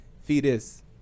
Fetus